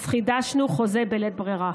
אז חידשנו חוזה בלית ברירה.